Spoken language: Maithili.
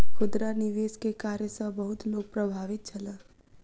खुदरा निवेश के कार्य सॅ बहुत लोक प्रभावित छल